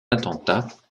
attentat